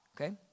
Okay